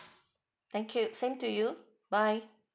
thank you same to you bye